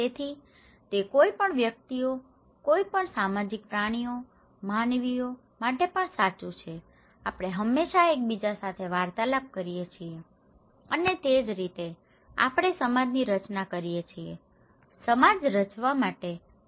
તેથી તે કોઈપણ વ્યક્તિઓ કોઈપણ સામાજિક પ્રાણીઓ માનવીઓ માટે પણ સાચું છે આપણે હંમેશાં એકબીજા સાથે વાર્તાલાપ કરીએ છીએ અને તે જ રીતે આપણે સમાજની રચના કરીએ છીએ સમાજ રચવા માટે વાર્તાલાપ ખૂબ જ મહત્વપૂર્ણ છે